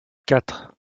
quatre